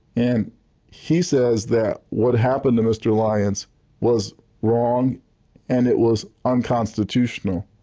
and he says that what happened to mr. lyons was wrong and it was unconstitutional.